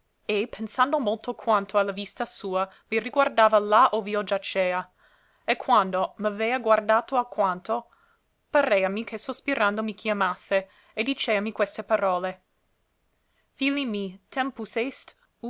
e pensando molto quanto a la vista sua mi riguardava là ov'io giacea e quando m'avea guardato alquanto pareami che sospirando mi chiamasse e diceami queste parole